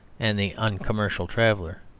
and the uncommercial traveller.